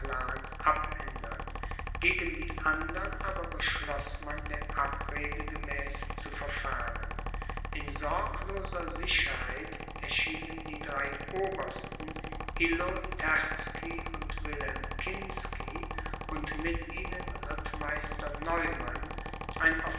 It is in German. abändern gegen die andern aber beschloß man der abrede gemäß zu verfahren in sorgloser sicherheit erschienen die drei obersten illo terzky und wilhelm kinsky und mit ihnen rittmeister neumann